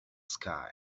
sky